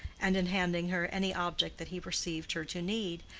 and in handing her any object that he perceived her to need,